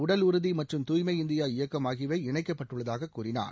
உடல் உறுதி மற்றும் தூய்மை இந்தியா இயக்கம் ஆகியவை இணைக்கப்பட்டுள்ளதாக கூறினார்